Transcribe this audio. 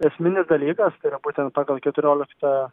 esminis dalykas tai yra būtent pagal keturioliktą